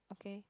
okay